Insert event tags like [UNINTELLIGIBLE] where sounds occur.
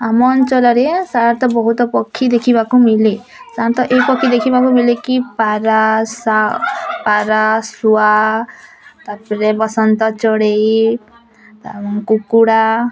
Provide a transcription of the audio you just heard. ଆମ ଅଞ୍ଚଳରେ [UNINTELLIGIBLE] ବହୁତ ପକ୍ଷୀ ଦେଖିବାକୁ ମିଳେ ସାଧାରଣତଃ ଏହି ପକ୍ଷୀ ଦେଖିବାକୁ ମିଳେ କି ପାରା ପାରା ଶୁଆ ତା'ପରେ ବସନ୍ତ ଚଢ଼େଇ କୁକୁଡ଼ା